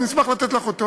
אני אשמח לתת לך אותו.